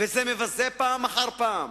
וזה מבזה פעם אחר פעם.